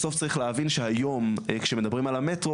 בסוף צריך להבין שהיום כשמדברים על המטרו